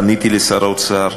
פניתי לשר האוצר,